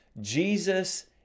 Jesus